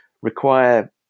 Require